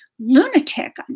lunatic